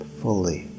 fully